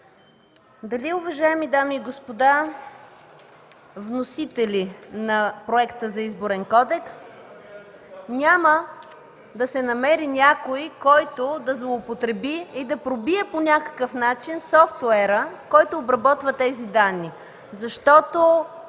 Дали, уважаеми дами и господа, вносители на проекта за Изборен кодекс, няма да се намери някой, който да злоупотреби и да пробие по някакъв начин софтуера, който обработва тези данни. Защото